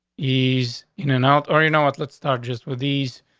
yeah he's in and out. or you know what? let's start just with these.